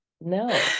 no